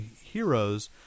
heroes